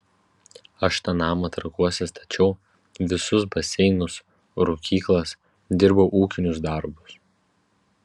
aš tą namą trakuose stačiau visus baseinus rūkyklas dirbau ūkinius darbus